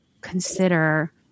consider